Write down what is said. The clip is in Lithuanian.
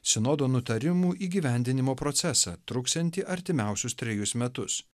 sinodo nutarimų įgyvendinimo procesą truksiantį artimiausius trejus metus